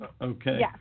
Okay